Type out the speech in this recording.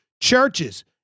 churches